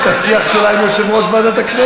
את השיח שלה עם יושב-ראש ועדת הכנסת.